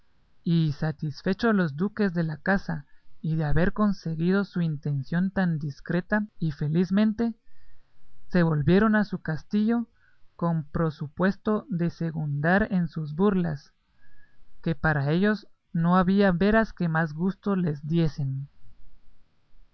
y satisfechos los duques de la caza y de haber conseguido su intención tan discreta y felicemente se volvieron a su castillo con prosupuesto de segundar en sus burlas que para ellos no había veras que más gusto les diesen